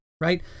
right